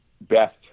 best